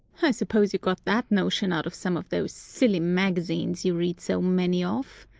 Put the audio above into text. suppose you got that notion out of some of those silly magazines you read so many of.